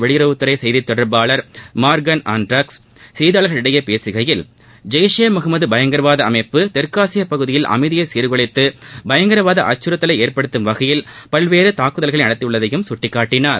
வெளியுறவுத்துறை தொடர்பாளர் அமெரிக்க செய்தியாளர்களிடம் பேசுகையில் ஜெய்ஷே முகம்மது பயங்கரவாத அமைப்பு தெற்காசிய பகுதியில் அமைதியை சீர்குலைத்து பயங்கரவாத அச்சுறுத்தலை ஏற்படுத்தும் வகையில் பல்வேறு தாக்குதல்களை நடத்தியுள்ளதையும் சுட்டிக்காட்டினார்